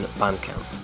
bandcamp